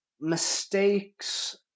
mistakes